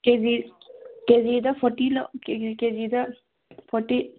ꯀꯦꯖꯤꯗ ꯐꯣꯔꯇꯤ ꯀꯦꯖꯤꯗ ꯐꯣꯔꯇꯤ